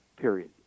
Period